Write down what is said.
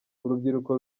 urubyiruko